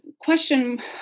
question